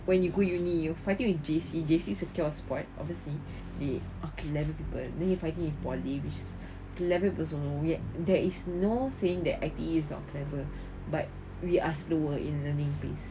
when you go uni you fighting with J_C J_C secure spot obviously they are clever people then you fighting if with poly which is clever people you don't know who yet there is no saying that I_T_E is not clever but we are slower in learning pace